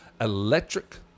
electric